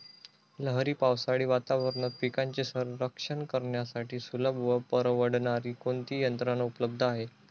लहरी पावसाळी वातावरणात पिकांचे रक्षण करण्यासाठी सुलभ व परवडणारी कोणती यंत्रणा उपलब्ध आहे?